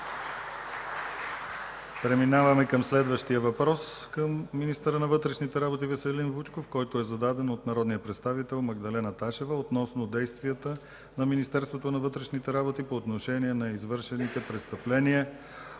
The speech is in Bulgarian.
Преминаваме към следващия въпрос към министъра на вътрешните работи Веселин Вучков, който е зададен от народния представител Магдалена Ташева, относно действията на Министерството на вътрешните работи по отношение на извършените престъпления